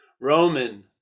Roman